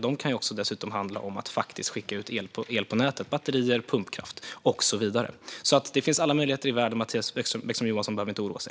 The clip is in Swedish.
De kan också handla om att skicka ut el på nätet, batterier, pumpkraft och så vidare. Det finns alla möjligheter i världen. Mattias Bäckström Johansson behöver inte oroa sig.